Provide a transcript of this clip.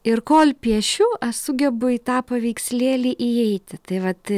ir kol piešiu aš sugebu į tą paveikslėlį įeiti tai vat